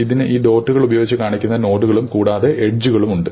ഇതിന് ഈ ഡോട്ടുകൾ ഉപയോഗിച്ച് കാണിക്കുന്ന ചില നോഡുകളും കൂടാതെ എഡ്ജുകളും ഉണ്ട്